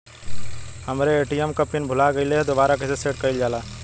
हमरे ए.टी.एम क पिन भूला गईलह दुबारा कईसे सेट कइलजाला?